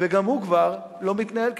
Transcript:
וגם הוא כבר לא מתנהל ככזה.